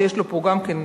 שיש לו פה גם חלק,